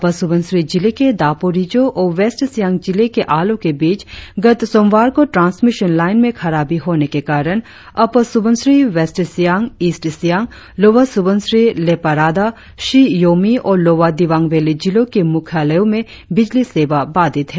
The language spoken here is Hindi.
अपर सुबनसिरी जिले के दापोरिजो और वेस्ट सियांग जिले के आलो के बीच गत सोमवार को ट्रांसमिशन लाईन में खराबी होने के कारण upper Subansiri west Siang east Siang lower Subansiri Lepa Rada Shi Yomi और लोअर दिबांग वैली जिलों के मुख्यालयों में बिजली सेवा बाधित हुई